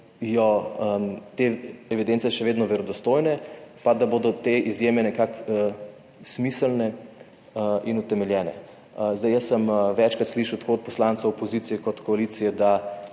te evidence še vedno verodostojne, pa da bodo te izjeme nekako smiselne in utemeljene. Zdaj, jaz sem večkrat slišal tako od poslancev opozicije kot koalicije, da